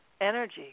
energy